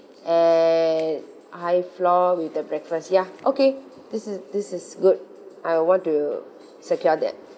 and high floor with the breakfast ya okay this is this is good I want to secure that